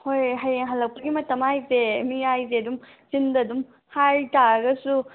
ꯍꯣꯏ ꯍꯌꯦꯡ ꯍꯜꯂꯛꯄꯒꯤ ꯃꯇꯝ ꯍꯥꯏꯁꯦ ꯃꯤꯌꯥꯏꯁꯦ ꯑꯗꯨꯝ ꯆꯤꯟꯗ ꯑꯗꯨꯝ ꯍꯥꯏꯇꯥꯔꯒꯁꯨ